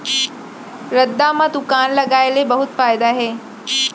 रद्दा म दुकान लगाय ले बहुत फायदा हे